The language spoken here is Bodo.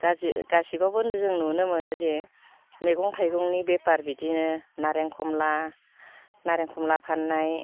गासिबावबो जों नुनो मोनो जे मैगं थाइगंनि बेफार बिदिनो नारेंखमला नारेंखमला फाननाय